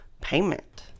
payment